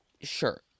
sure